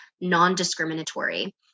non-discriminatory